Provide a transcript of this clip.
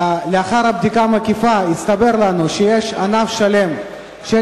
לאחר בדיקה מקיפה הסתבר לנו שיש ענף שלם של